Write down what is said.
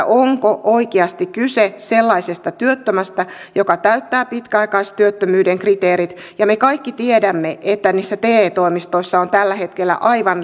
onko oikeasti kyse sellaisesta työttömästä joka täyttää pitkäaikaistyöttömyyden kriteerit me kaikki tiedämme että te toimistoissa on tällä hetkellä aivan